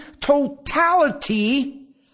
totality